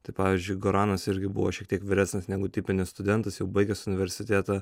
tai pavyzdžiui goranas irgi buvo šiek tiek vyresnis negu tipinis studentas jau baigęs universitetą